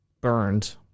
burned